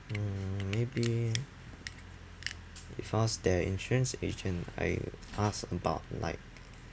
mm maybe if I was their insurance agent I'd ask about like